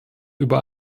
über